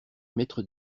mettre